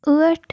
ٲٹھ